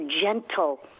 gentle